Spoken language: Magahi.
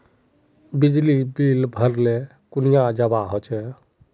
बिजली बिल भरले कुनियाँ जवा होचे?